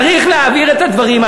צריך להבהיר את הדברים.